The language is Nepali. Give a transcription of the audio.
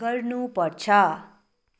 गर्नु पर्छ